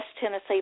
Tennessee